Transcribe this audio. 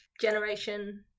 generation